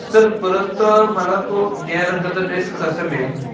sir परत मला तो निळ्या रंगाचा ड्रेस कसा मिळेल